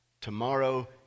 Tomorrow